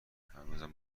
هنوزم